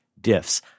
diffs